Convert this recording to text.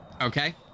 okay